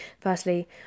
firstly